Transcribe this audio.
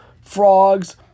frogs